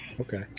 Okay